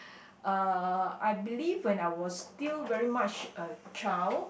uh I believe when I was still very much a child